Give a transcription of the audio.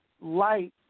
light